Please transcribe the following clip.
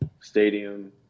stadium